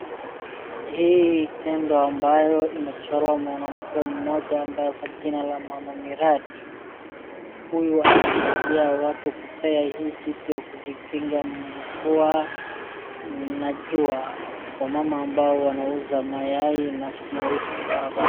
Hii tendo ambayo imechorwa mwanamke mmoja ambaye kwa jina la Mama Miradi. Huyu anasaidia watu kupewa hii kitu ya kujikinga mvua na jua. Wamama ambao wanauza mayai na sukuma wiki kwa barabara.